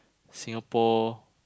Singapore